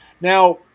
now